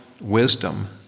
wisdom